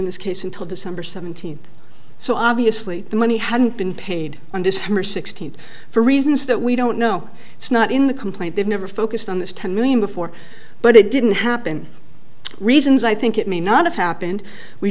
in this case until december seventeenth so obviously the money hadn't been paid on december sixteenth for reasons that we don't know it's not in the complaint they've never focused on this ten million before but it didn't happen reasons i think it may not have happened we